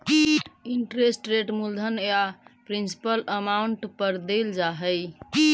interest rate मूलधन या principal amount पर देल जा हई